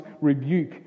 rebuke